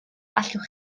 allwch